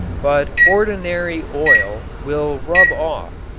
but ordinary oil will rub off,